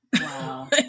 Wow